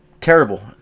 terrible